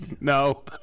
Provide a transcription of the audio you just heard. no